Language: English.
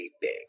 big